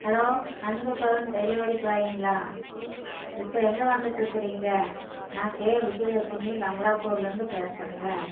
hello Anbu Bhavan delivery பாய்ங்களா இப்போது எங்கே வந்துகிட்ருக்கிறீங்க நான் கே விஜயலெட்சுமி பங்களாப்பூர்லேந்து பேசுறேங்க